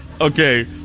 Okay